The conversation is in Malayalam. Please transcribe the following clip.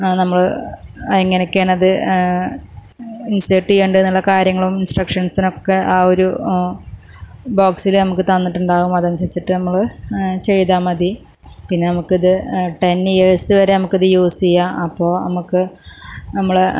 നമ്മള് എങ്ങനെയെക്കെയാണത് ഇൻസേർട്ട് ചെയ്യേണ്ടതെന്ന് ഉള്ള കാര്യങ്ങളും ഇൻസ്ട്രക്ഷൻസിനൊക്കെ ആ ഒരു ബോക്സില് നമുക്ക് തന്നിട്ടുണ്ടാകും അത് അനുസരിച്ചിട്ട് നമ്മള് ചെയ്താൽ മതി പിന്നെ നമുക്കത് ടെൻ ഇയേഴ്സ്സ് വരെ നമുക്കത് യൂസ് ചെയ്യാം അപ്പോൾ നമുക്ക് നമ്മളെനമ്മള് എങ്ങനെയെക്കെയാണത് ഇൻസേർട്ട് ചെയ്യേണ്ടതെന്ന് ഉള്ള കാര്യങ്ങളും ഇൻസ്ട്രക്ഷൻസിനൊക്കെ ആ ഒരു ബോക്സില് നമുക്ക് തന്നിട്ടുണ്ടാകും അത് അനുസരിച്ചിട്ട് നമ്മള് ചെയ്താൽ മതി പിന്നെ നമുക്കത് ടെൻ ഇയേഴ്സ്സ് വരെ നമുക്കത് യൂസ് ചെയ്യാം അപ്പോൾ നമുക്ക് നമ്മളെ